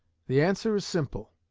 the answer is simple.